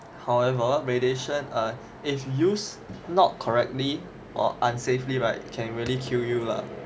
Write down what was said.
however radiation err if used not correctly or unsafely right can really kill you lah